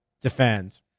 defend